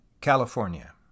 California